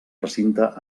recinte